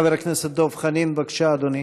חבר הכנסת דב חנין, בבקשה, אדוני,